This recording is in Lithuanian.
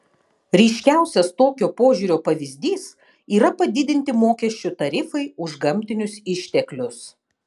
ryškiausias tokio požiūrio pavyzdys yra padidinti mokesčių tarifai už gamtinius išteklius